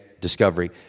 discovery